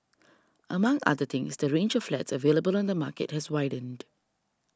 among other things the range of flats available on the market has widened